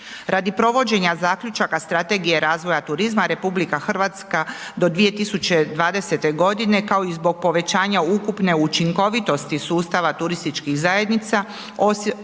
Radi provođenja zaključaka strategije razvoja turizma RH do 2020. g. kao i zbog povećanja ukupne učinkovitosti sustava turističkih zajednica osobito